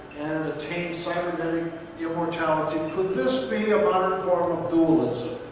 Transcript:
and obtain cybernetic immortality. could this be a modern form of dualism?